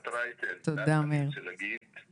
ואני לא מדברת על תעסוקה מוגנת אלא על תעסוקה במשק,